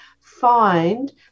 find